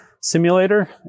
Simulator